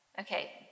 Okay